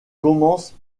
commence